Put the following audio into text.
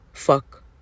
Fuck